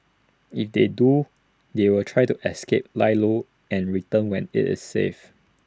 if they do they will try to escape lie low and return when IT is safe